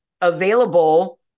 available